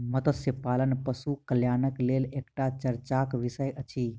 मत्स्य पालन पशु कल्याणक लेल एकटा चर्चाक विषय अछि